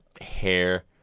hair-